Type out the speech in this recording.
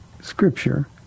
scripture